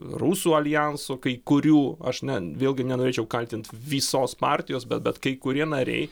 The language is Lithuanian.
rusų aljanso kai kurių aš ne vėlgi nenorėčiau kaltint visos partijos bet bet kai kurie nariai